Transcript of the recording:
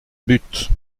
but